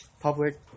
Public